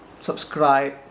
Subscribe